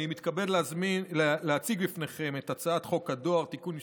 אני מתכבד להציג בפניכם את הצעת חוק הדואר (תיקון מס'